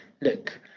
look